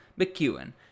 McEwen